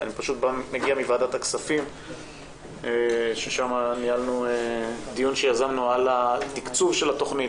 אני פשוט מגיע מוועדת הכספים ששמה ניהלנו דיון על התקצוב של התכנית.